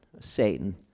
Satan